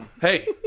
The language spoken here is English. Hey